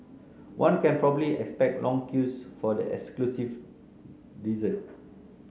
one can probably expect long queues for the exclusive dessert